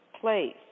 place